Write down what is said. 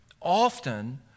Often